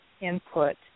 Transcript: input